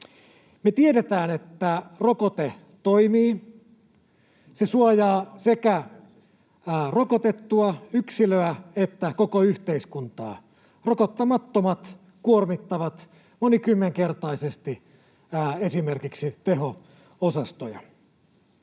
tiedetään, että rokote toimii. Se suojaa sekä rokotettua yksilöä että koko yhteiskuntaa. Rokottamattomat kuormittavat monikymmenkertaisesti esimerkiksi teho-osastoja.